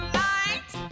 light